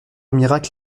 miracle